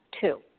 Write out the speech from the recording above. two